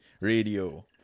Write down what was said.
radio